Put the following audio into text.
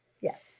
Yes